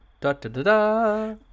Da-da-da-da